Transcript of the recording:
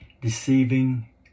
deceiving